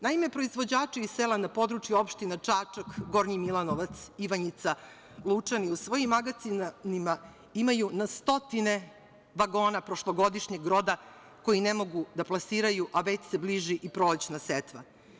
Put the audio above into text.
Naime, proizvođači iz sela na području opštine Čačak, Gornji Milanovac, Ivanjica, Lučani u svojim magacinima imaju na stotine vagona prošlogodišnjeg roda koji ne mogu da plasiraju, a već se bliži i prolećna setva.